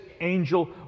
angel